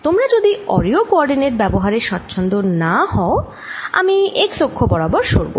তোমরা যদি অরীয় কোঅরডিনেট ব্যবহারে সাচ্ছন্দ না হও আমি x অক্ষ বরাবর সরব